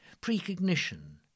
precognition